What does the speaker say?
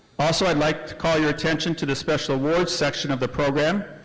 also i'd like to call your attention to the special awards section of the program.